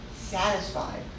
satisfied